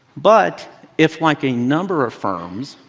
but if like a number of firms,